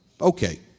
Okay